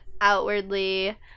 outwardly